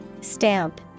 Stamp